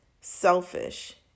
selfish